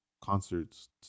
concerts